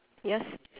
yours